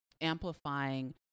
amplifying